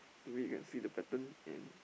maybe we can see the pattern and